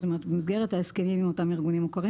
במסגרת ההסכמים עם אותם ארגונים מוכרים